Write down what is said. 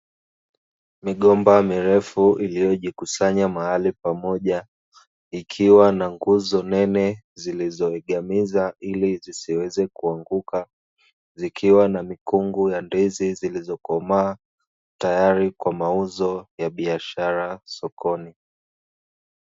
Migomba mirefu iliyojikusanya mahali pamoja, ikiwa na nguzo nene zilizoegamiza, ili zisiweze kuanguka zikiwa na mikungu ya ndizi zilizokomaa tayari kwa mauzo ya biashara sokoni.